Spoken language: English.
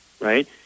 right